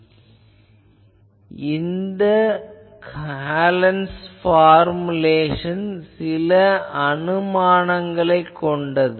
எனவே இந்த ஹாலன்'ஸ் பார்முலேஷன் சில அனுமானங்களைக் கொண்டது